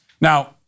Now